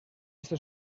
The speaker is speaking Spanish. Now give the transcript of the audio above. este